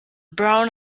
brown